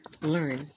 Learn